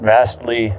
Vastly